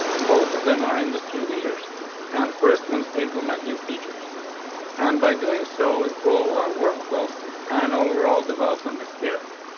both of them are industry leaders and first one to implement new features and, by doing so, improve our work flow and overall development experience.